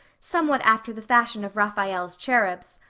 somewhat after the fashion of raphael's cherubs.